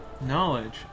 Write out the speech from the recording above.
Knowledge